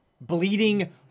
bleeding